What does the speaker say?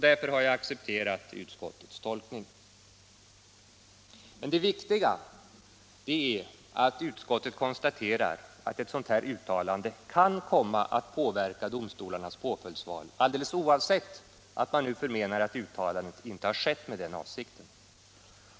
Därför har jag accepterat utskottets tolkning. Det viktiga är emellertid att utskottet konstaterar att ett sådant här uttalande kan komma att påverka domstolarnas påföljdsval, alldeles oavsett att man nu förmenar att uttalandet inte har skett med den avsikten.